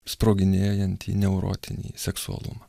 sproginėjantį neurotinį seksualumą